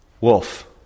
Wolf